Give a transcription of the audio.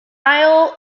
isla